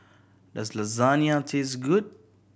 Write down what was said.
does Lasagne taste good